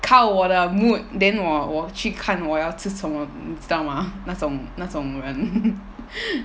看我的 mood then 我我去看我要吃什么你知道吗那种那种人